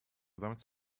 sammelst